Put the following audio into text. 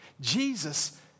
Jesus